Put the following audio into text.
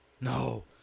No